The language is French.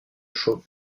chaume